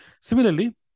Similarly